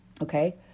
Okay